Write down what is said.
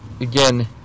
again